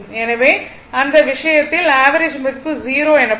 எனவே அந்த விஷயத்தில் ஆவரேஜ் மதிப்பு 0 எனப்படும்